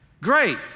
Great